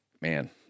man